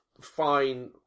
Fine